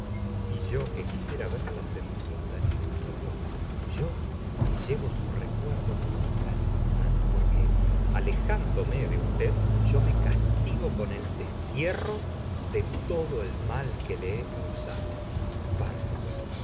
y yo que quisiera verla sentada en un trono yo que llevo su recuerdo como un talismán por que alejándome de usted yo me castigo con el des tierro de todo el mal que le he causado parto